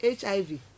HIV